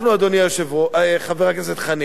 חבר הכנסת חנין,